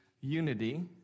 unity